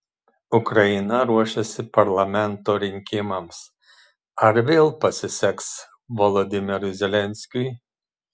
ukraina ruošiasi parlamento rinkimams ar vėl pasiseks volodymyrui zelenskiui